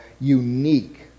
unique